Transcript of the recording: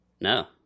No